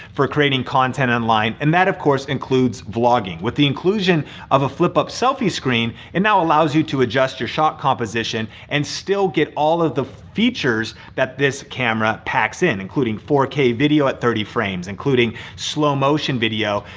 for creating content online and that, of course, includes vlogging. with the inclusion of a flip up selfie screen, it now allows you to adjust your shot composition and still get all of the features that this camera packs in, including four k video at thirty frames, including slow motion video,